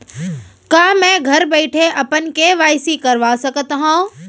का मैं घर बइठे अपन के.वाई.सी करवा सकत हव?